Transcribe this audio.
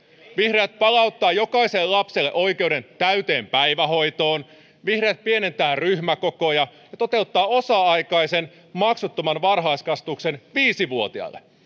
vihreät palauttaa jokaiselle lapselle oikeuden täyteen päivähoitoon vihreät pienentää ryhmäkokoja ja toteuttaa osa aikaisen maksuttoman varhaiskasvatuksen viisi vuotiaille